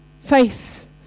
face